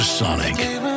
Sonic